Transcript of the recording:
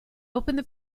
opened